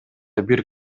бир